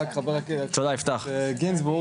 חבר הכנסת איתן גינזבורג,